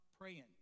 praying